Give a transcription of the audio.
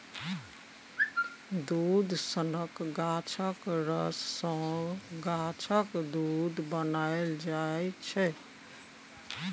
दुध सनक गाछक रस सँ गाछक दुध बनाएल जाइ छै